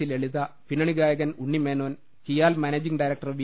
C Lalitha പിന്നണി ഗായകൻ Unni Menon KIAL managing director V